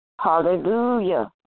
Hallelujah